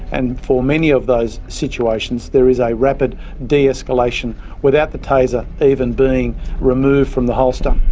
and for many of those situations, there is a rapid de-escalation without the taser even being removed from the holster.